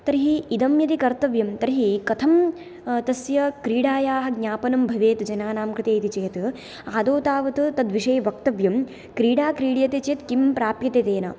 तर्हि इदं यदि कर्तव्यं तर्हि कथं तस्य क्रीडायाः ज्ञापनं भवेत् जनानां कृते इति चेत् आदौ तावत् तद्विषये वक्तव्यं क्रीडा क्रीड्यते चेत् किं प्राप्यते तेन